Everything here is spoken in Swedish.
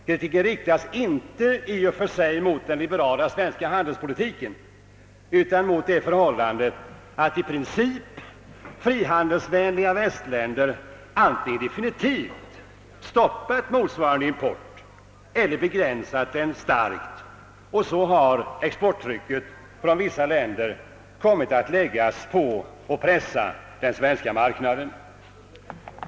Kritiken riktas inte i och för sig mot den liberala svenska handelspolitiken utan mot den omständigheten, att i princip frihandelsvänliga västländer antingen definitivt stoppat motsvarande import eller begränsat den starkt, varför exporttrycket kommit att pressa den svenska marknaden.